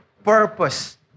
Purpose